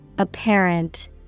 Apparent